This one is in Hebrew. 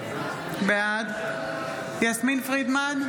בעד יסמין פרידמן,